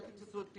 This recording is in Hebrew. אל תתפסו אותי,